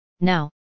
Now